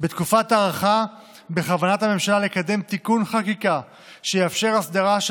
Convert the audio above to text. בתקופת ההארכה בכוונת הממשלה לקדם תיקון חקיקה שיאפשר הסדרה של